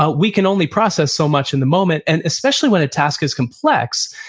ah we can only process so much in the moment, and especially when a task is complex,